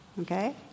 okay